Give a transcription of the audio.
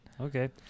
Okay